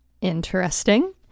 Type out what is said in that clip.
interesting